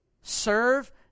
serve